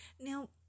Now